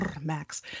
Max